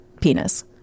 penis